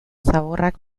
zaborrak